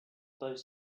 both